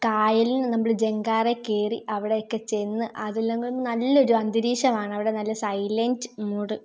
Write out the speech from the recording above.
കായലിൽ നമ്മൾ ജങ്കാറെ കയറി അവിടേക്ക് ചെന്ന് അതില്ലെങ്കിലും നല്ല ഒരു അന്തരീക്ഷമാണ് അവിടെ നല്ല സൈലൻ്റ് മൂഡ്